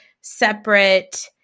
separate